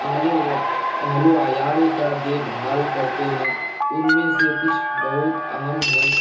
اہل و اہل و عیال کا دیکھ بھال کرتے ہیں ان میں سے کچھ بہت اہم ہیں